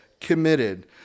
committed